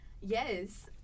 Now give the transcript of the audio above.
yes